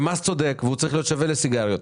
הוא מס צודק והוא צריך להיות שווה למס שמוטל על סיגריות,